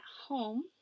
home